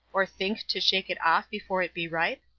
or think to shake it off before it be ripe?